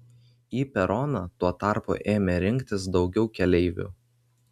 į peroną tuo tarpu ėmė rinktis daugiau keleivių